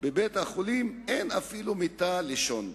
בבית-החולים אין אפילו מיטה לישון בה,